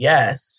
Yes